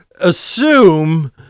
assume